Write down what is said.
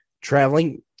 traveling